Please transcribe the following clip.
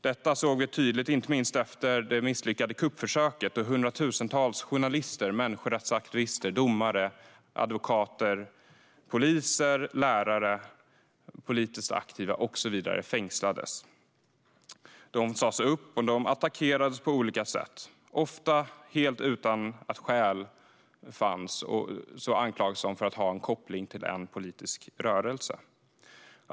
Detta såg vi inte minst efter det misslyckade kuppförsöket då hundratusentals journalister, människorättsaktivister, domare, advokater, poliser, lärare, politiskt aktiva med flera fängslades, sas upp eller attackerades på olika sätt. Ofta helt utan skäl anklagades de för att ha koppling till en politisk rörelse.